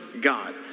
God